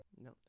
No